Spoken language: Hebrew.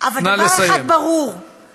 אבל דבר אחד ברור, נא לסיים.